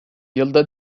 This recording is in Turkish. yılda